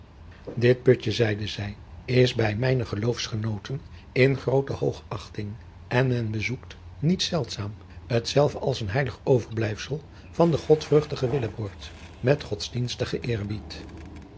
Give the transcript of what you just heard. dit putje zeide zij is bij mijne geloofsgenooten in groote hoogachting en men bezoekt niet zeldzaam hetzelve als een heilig overblijfsel van den godvruchtigen willebrord met godsdienstigen